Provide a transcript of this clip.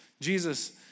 Jesus